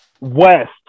west